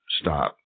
stop